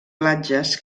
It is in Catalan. platges